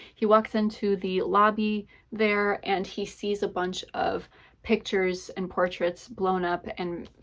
he walks into the lobby there and he sees a bunch of pictures and portraits blown up and